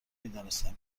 میدانستم